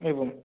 एवं